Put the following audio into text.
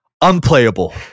unplayable